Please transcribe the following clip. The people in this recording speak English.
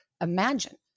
Imagine